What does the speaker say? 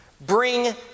bring